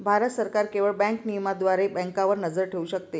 भारत सरकार केवळ बँक नियमनाद्वारे बँकांवर नजर ठेवू शकते